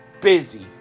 busy